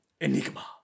Enigma